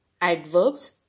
adverbs